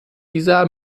dieser